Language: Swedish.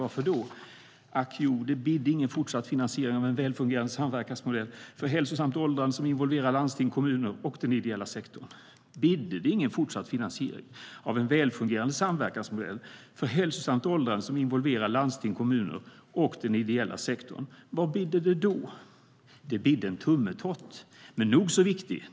Varför då?- Bidde det ingen fortsatt finansiering av en väl fungerande samverkansmodell för hälsosamt åldrande som involverar landsting, kommuner och den ideella sektorn? Vad bidde det då?- Det bidde en tummetott, men en nog så viktig sådan.